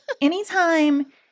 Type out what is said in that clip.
Anytime